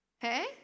Hey